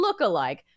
lookalike